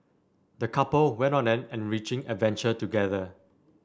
the couple went on an enriching adventure together